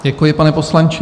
Děkuji, pane poslanče.